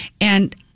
And-